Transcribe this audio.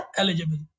eligible